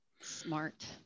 Smart